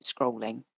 scrolling